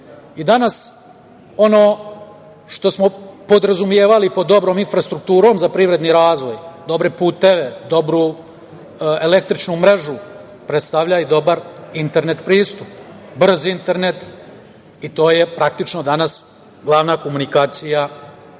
Danas ono što smo podrazumevali pod dobrom infrastrukturom za privredni razvoj, dobre puteve, dobru električnu mrežu predstavlja i dobar internet pristup, brz internet, i to je praktično danas glavna komunikacija i glavni